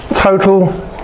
total